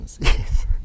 Yes